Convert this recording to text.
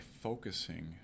focusing